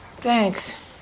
Thanks